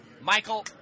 Michael